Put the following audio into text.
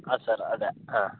ಹಾಂ ಸರ್ ಅದೇ ಹಾಂ